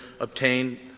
obtain